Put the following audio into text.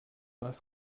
was